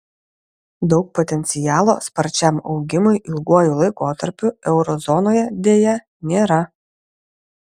daug potencialo sparčiam augimui ilguoju laikotarpiu euro zonoje deja nėra